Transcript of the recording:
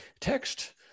text